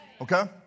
Okay